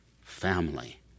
family